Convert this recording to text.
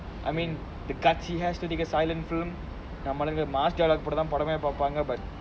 I mean the cuts he has to take a silent film நம்ம ஆளுங்க:namma aalunga mass dialogue போட்டாதான் படமே பார்ப்பாங்கே:pottaathan padammae paarpaanggae